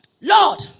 Lord